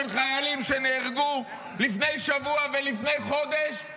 חיילים שנהרגו לפני שבוע ולפני חודש,